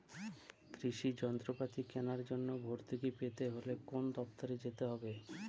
কৃষি যন্ত্রপাতি কেনার জন্য ভর্তুকি পেতে হলে কোন দপ্তরে যেতে হবে?